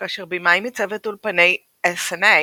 כאשר במאי מצוות אולפני Essanay